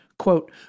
Quote